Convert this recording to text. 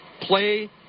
play